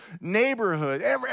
neighborhood